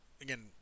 again